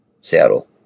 Seattle